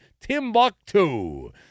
Timbuktu